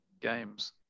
games